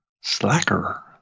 Slacker